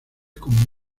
con